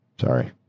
Sorry